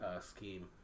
scheme